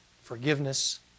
forgiveness